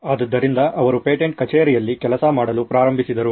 ಆದ್ದರಿಂದ ಅವರು ಪೇಟೆಂಟ್ ಕಚೇರಿ ಯಲ್ಲಿ ಕೆಲಸ ಮಾಡಲು ಪ್ರಾರಂಭಿಸಿದರು